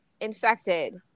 infected